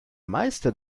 meister